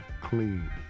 clean